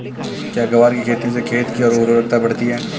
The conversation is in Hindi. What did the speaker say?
क्या ग्वार की खेती से खेत की ओर उर्वरकता बढ़ती है?